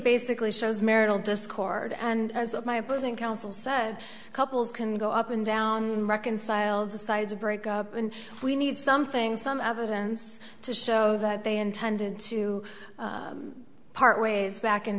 basically shows marital discord and as my opposing counsel said couples can go up and down and reconcile decide to break up and we need something some evidence to show that they intended to part ways back in